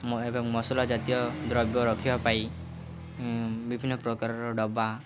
ଏବଂ ମସଲା ଜାତୀୟ ଦ୍ରବ୍ୟ ରଖିବା ପାଇଁ ବିଭିନ୍ନ ପ୍ରକାରର ଡ଼ବା